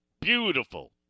beautiful